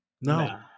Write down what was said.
No